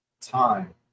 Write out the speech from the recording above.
time